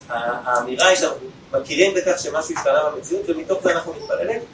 האמירה היא שאנחנו מכירים בכך שמהשהו השתנה במציאות, ומתוך זה אנחנו מתפללים.